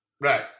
Right